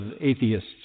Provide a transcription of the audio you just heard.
atheists